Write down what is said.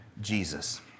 Jesus